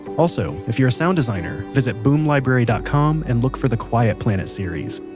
also, if you're a sound designer, visit boom library dot com and look for the quiet planet series.